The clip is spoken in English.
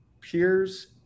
peers